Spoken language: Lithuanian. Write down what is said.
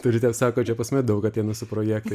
turite sako čia pas mane daug ateina su projektais